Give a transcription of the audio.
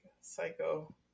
psycho